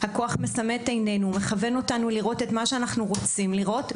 הכוח מסמא את עינינו ומכוון אותנו לראות את מה שאנחנו רוצים לראות,